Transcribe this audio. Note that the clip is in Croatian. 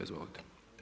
Izvolite.